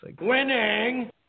Winning